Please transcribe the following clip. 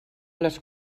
les